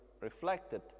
reflected